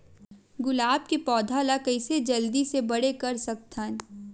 गुलाब के पौधा ल कइसे जल्दी से बड़े कर सकथन?